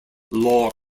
law